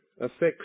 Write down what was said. affects